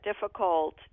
difficult